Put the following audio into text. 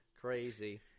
Crazy